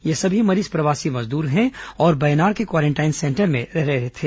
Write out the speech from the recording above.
ये सभी मरीज प्रवासी मजदूर हैं और बयनार के क्वारेंटाइन सेंटर में रह रहे थे